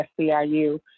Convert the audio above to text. SCIU